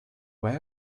where